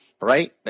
right